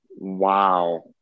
Wow